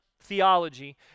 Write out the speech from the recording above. theology